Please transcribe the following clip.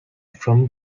from